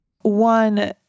One